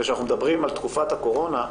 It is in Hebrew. וכשאנחנו מדברים על תקופת הקורונה,